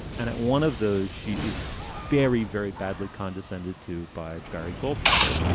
and at one of those she is very, very badly condescended to by barry goldwater.